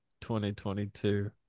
2022